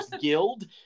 guild